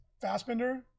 Fassbender